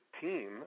team